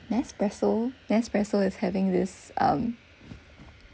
nespresso nespresso is having this um